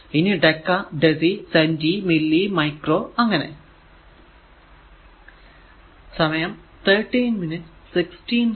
ഇനി deca deci centi milli micro അങ്ങനെ